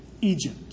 Egypt